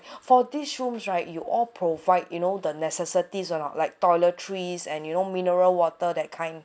for these rooms right you all provide you know the necessities are not like toiletries and you know mineral water that kind